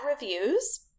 reviews